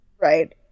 right